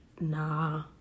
nah